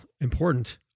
important